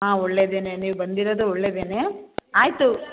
ಹಾಂ ಒಳ್ಳೆದೇ ನೀವು ಬಂದಿರೋದು ಒಳ್ಳೆದೇ ಆಯಿತು